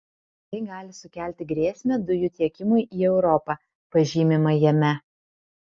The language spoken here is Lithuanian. tai gali sukelti grėsmę dujų tiekimui į europą pažymima jame